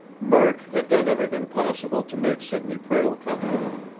murk had done everything possible to make sidney prale comfortable.